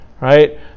right